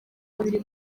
babiri